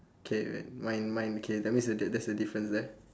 K man mine mine K that means there that's the different there